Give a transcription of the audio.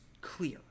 clear